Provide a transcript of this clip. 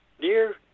dear